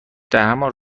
درهمان